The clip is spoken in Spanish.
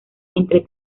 entre